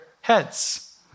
heads